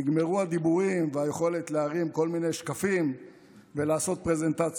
נגמרו הדיבורים והיכולת להרים כל מיני שקפים ולעשות פרזנטציות.